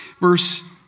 Verse